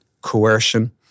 coercion